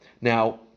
Now